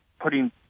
putting